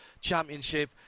Championship